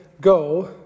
go